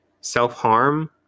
self-harm